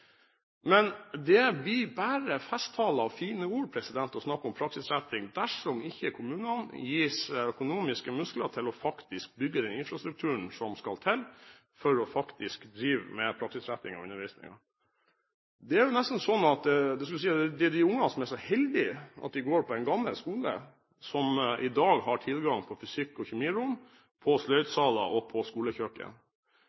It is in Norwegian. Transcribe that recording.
Men det blir bare festtaler og fine ord å snakke om praksisretting dersom ikke kommunene gis økonomiske muskler til faktisk å bygge den infrastrukturen som skal til for å drive med praksisrettet undervisning. Det er nesten sånn at det er de barna som er så heldige at de går på en gammel skole, som i dag har tilgang til fysikk- og kjemirom, sløydsaler og skolekjøkken. På